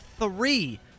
three